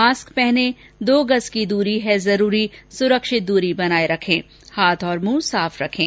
mask पहनें दो गज़ की दूरी है जरूरी सुरक्षित दूरी बनाए रखें हाथ और मुंह साफ रखें